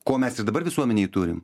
ko mes ir dabar visuomenėje turim